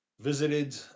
visited